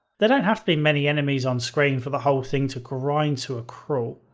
there don't have to be many enemies on screen for the whole thing to grind to a crawl.